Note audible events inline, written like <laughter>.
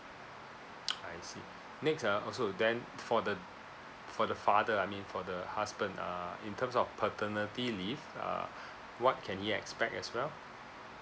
<noise> I see next uh also then for the for the father I mean for the husband uh in terms of paternity leave uh what can he expect as well